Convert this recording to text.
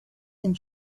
and